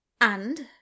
And